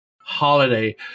holiday